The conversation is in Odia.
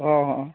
ହଁ ହଁ